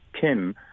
Kim